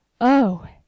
Oh